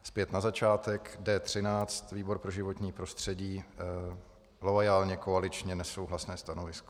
Zpět na začátek: D13, výbor pro životní prostředí, loajálně koaličně nesouhlasné stanovisko.